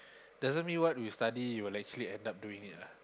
doesn't mean what we study will actually end up doing it lah